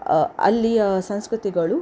ಅಲ್ಲಿಯ ಸಂಸ್ಕೃತಿಗಳು